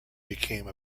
became